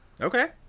Okay